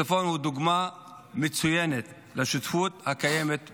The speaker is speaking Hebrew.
הצפון הוא דוגמה מצוינת לשותפות הקיימת בינינו.